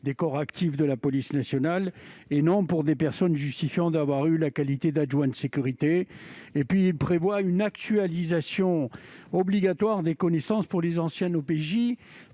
des corps actifs de la police nationale, et non aux personnes justifiant d'avoir eu la qualité d'adjoint de sécurité. En second lieu, il vise à instaurer une actualisation obligatoire des connaissances pour les anciens OPJ,